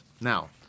Now